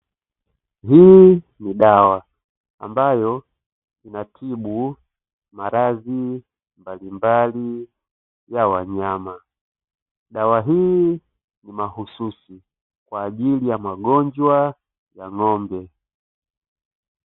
Hii ni dawa ambayo inatibu maradhi mbalimbali ya wanyama. Dawa hii ni mahususi kwa ajili ya magonjwa ya ng'ombe.